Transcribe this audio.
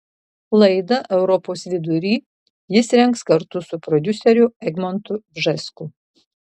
laidą europos vidury jis rengs kartu su prodiuseriu egmontu bžesku